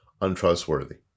untrustworthy